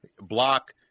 block